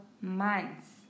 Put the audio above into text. months